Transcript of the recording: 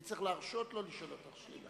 אני צריך להרשות לו לשאול אותך שאלה.